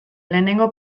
lehenengo